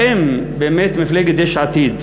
האם באמת מפלגת יש עתיד,